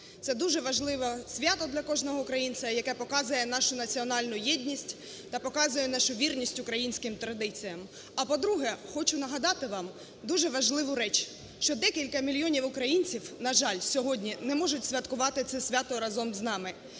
Це дуже важливе свято для кожного українця, яке показує нашу національну єдність та показує нашу вірність українським традиціям. А по-друге, хочу надати вам дуже важливу річ, що декілька мільйонів українців, на жаль, сьогодні не можуть святкувати це свято разом з нами.